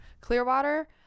Clearwater